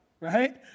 right